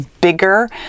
bigger